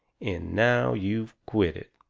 and now you've quit it,